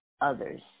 others